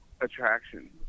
attraction